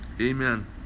Amen